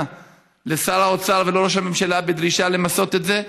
לשר האוצר ולראש הממשלה בדרישה למסות את זה,